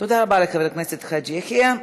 תודה רבה לחבר הכנסת חאג' יחיא.